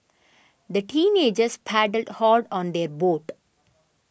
the teenagers paddled hard on their boat